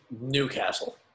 Newcastle